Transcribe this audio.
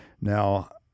Now